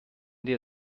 dir